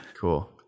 Cool